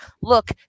look